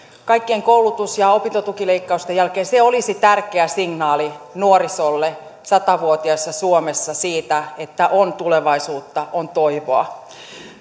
kaikkien koulutus ja opintotukileikkausten jälkeen se olisi tärkeä signaali nuorisolle satavuotiaassa suomessa siitä että on tulevaisuutta on toivoa